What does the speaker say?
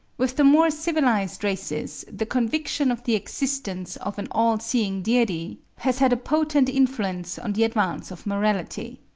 with the more civilised races, the conviction of the existence of an all-seeing deity has had a potent influence on the advance of morality.